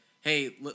hey